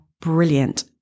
brilliant